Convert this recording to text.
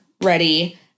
ready